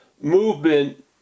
movement